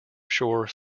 shore